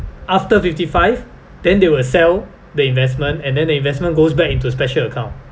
after fifty five then they will sell the investment and then the investment goes back into special account